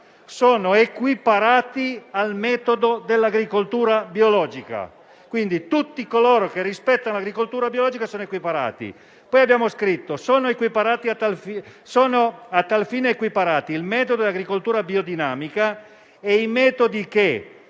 sono equiparati al metodo di agricoltura biologica». Quindi tutti coloro che rispettano l'agricoltura biologica sono equiparati. Abbiamo scritto anche: «Sono a tal fine equiparati il metodo dell'agricoltura biodinamica ed i metodi che,